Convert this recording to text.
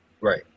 Right